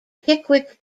pickwick